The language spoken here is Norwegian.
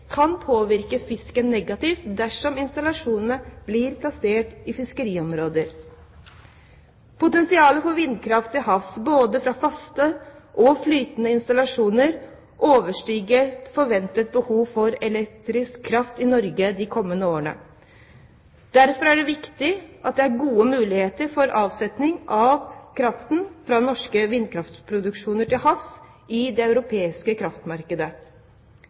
kan påvirke fisket negativt, dersom installasjonene blir plassert i fiskeriområder. Potensialet for vindkraft til havs, både fra faste og flytende installasjoner, overstiger forventet behov for elektrisk kraft i Norge de kommende årene. Derfor er det viktig at det er gode muligheter for avsetning av kraft fra norsk vindkraftproduksjon til havs i det europeiske kraftmarkedet.